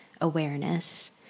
awareness